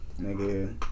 nigga